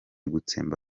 gutsemba